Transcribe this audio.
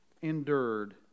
endured